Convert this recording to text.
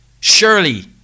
Surely